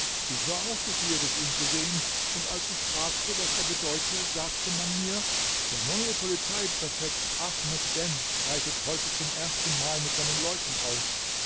ich war auch begierig ihn zu sehen und als ich fragte was er bedeute sagte man mir der neue polizeipräfekt ahmed denf reitet heute zum erstenmal mit seinen leuten aus